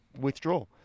withdraw